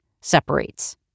separates